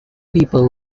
people